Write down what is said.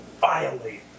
violate